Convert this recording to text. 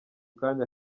kanya